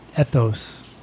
ethos